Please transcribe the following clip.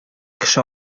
кеше